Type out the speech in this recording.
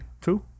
two